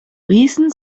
riesen